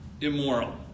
immoral